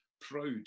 proud